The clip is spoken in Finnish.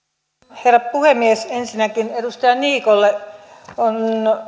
herra puhemies ensinnäkin edustaja niikolle on